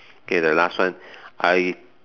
okay the last one I